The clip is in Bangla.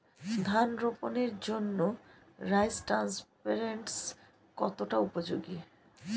ধান রোপণের জন্য রাইস ট্রান্সপ্লান্টারস্ কতটা উপযোগী?